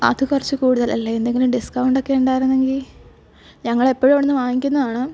അത് കുറച്ചു കൂടുതൽ അല്ലേ എന്തെങ്കിലും ഡിസ്കൗണ്ട് ഒക്കെ ഉണ്ടായിരുന്നെങ്കില് ഞങ്ങളെപ്പോഴും ഇവിടുന്നു വാങ്ങിക്കുന്നതാണ്